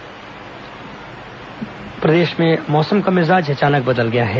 मौसम प्रदेश में मौसम का मिजाज अचानक बदल गया है